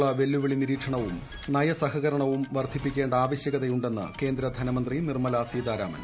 ആഗോള വെല്ലുവിളി നിരീക്ഷണവും നയ സഹകരണവും വർദ്ധിപ്പിക്കേണ്ട ആവശ്യകതയുണ്ടെന്ന് കേന്ദ്ര ധനമന്ത്രി നിർമ്മല സീതാരാമൻ